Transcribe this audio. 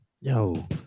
Yo